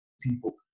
people